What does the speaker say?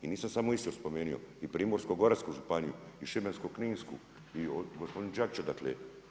I nisam samo Istru spomenuo i Primorsko-goransku županiju i Šibensko-kninsku i gospodina Đakića dakle.